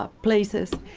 ah places.